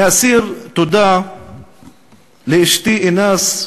אני אסיר תודה לאשתי אינאס,